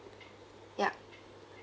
yeah